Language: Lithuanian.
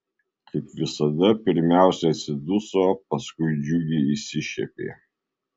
kaip visada pirmiausia atsiduso paskui džiugiai išsišiepė